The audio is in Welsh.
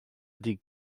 ydy